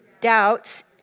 doubts